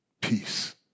peace